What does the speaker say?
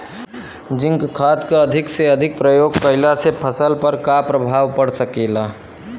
Zinc खाद क अधिक से अधिक प्रयोग कइला से फसल पर का प्रभाव पड़ सकेला?